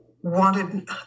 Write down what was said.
wanted